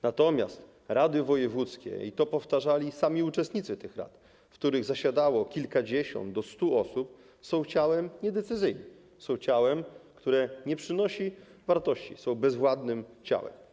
Natomiast rady wojewódzkie - i to powtarzali sami uczestnicy tych rad, w których zasiadało kilkadziesiąt do stu osób - są ciałem niedecyzyjnym, są ciałem, które nie przynosi wartości, są bezwładnym ciałem.